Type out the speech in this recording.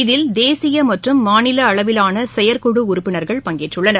இதில் தேசிய மற்றும் மாநில அளவிலான செயற்குழு உறுப்பினர்கள் பங்கேற்றுள்ளனர்